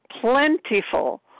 plentiful